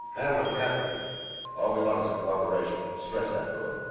handle her carefully. all we want is her cooperation. stress that, brewer.